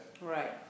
Right